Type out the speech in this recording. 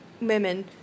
women